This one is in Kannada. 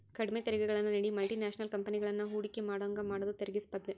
ಕಡ್ಮಿ ತೆರಿಗೆಗಳನ್ನ ನೇಡಿ ಮಲ್ಟಿ ನ್ಯಾಷನಲ್ ಕಂಪೆನಿಗಳನ್ನ ಹೂಡಕಿ ಮಾಡೋಂಗ ಮಾಡುದ ತೆರಿಗಿ ಸ್ಪರ್ಧೆ